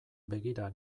begira